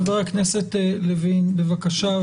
חבר הכנסת לוין, בבקשה.